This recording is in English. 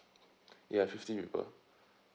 ya fifty people